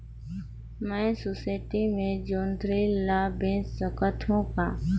मैं सोसायटी मे जोंदरी ला बेच सकत हो का?